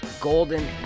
Golden